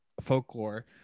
folklore